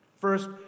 First